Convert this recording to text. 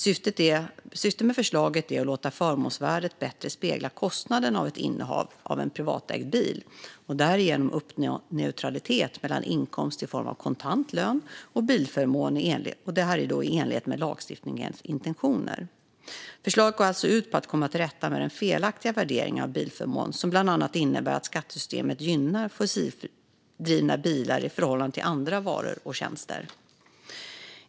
Syftet med förslaget är att låta förmånsvärdet bättre spegla kostnaden för ett innehav av en privatägd bil och därigenom uppnå neutralitet mellan inkomst i form av kontant lön och bilförmån i enlighet med lagstiftningens intentioner. Förslaget går alltså ut på att komma till rätta med den felaktiga värderingen av bilförmån som bland annat innebär att skattesystemet gynnar fossildrivna bilar i förhållande till andra varor och tjänster.